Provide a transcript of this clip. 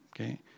Okay